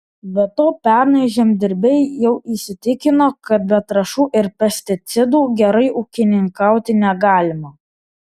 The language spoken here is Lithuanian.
be to pernai žemdirbiai jau įsitikino kad be trąšų ir pesticidų gerai ūkininkauti negalima